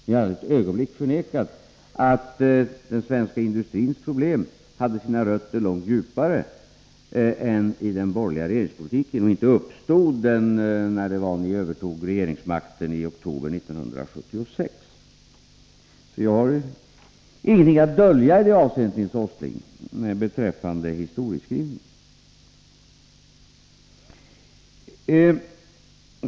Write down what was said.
Jag har inte för ett ögonblick förnekat att den svenska industrins problem hade sina rötter långt djupare än i den borgerliga regeringspolitiken. De uppstod inte när ni övertog regeringsmakten i oktober 1976. Jag har ingenting att dölja i det avseendet, Nils Åsling, beträffande historieskrivningen.